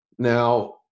Now